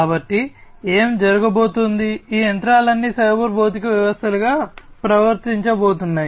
కాబట్టి ఏమి జరగబోతోంది ఈ యంత్రాలు అన్నీ సైబర్ భౌతిక వ్యవస్థలుగా ప్రవర్తించబోతున్నాయి